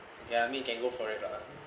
ya I mean you can go for it lah